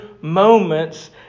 moments